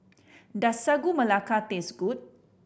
does Sagu Melaka taste good